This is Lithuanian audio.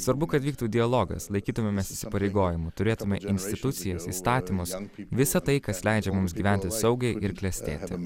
svarbu kad vyktų dialogas laikytumėmės įsipareigojimų turėtume institucijas įstatymus visa tai kas leidžia mums gyventi saugiai ir klestėti